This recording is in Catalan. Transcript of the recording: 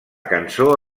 cançó